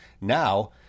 Now